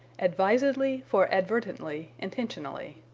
advisedly for advertently, intentionally.